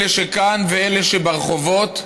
אלה שכאן ואלה שברחובות,